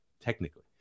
technically